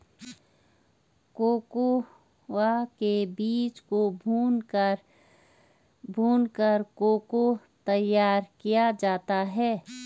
cocoa के बीज को भूनकर को को तैयार किया जाता है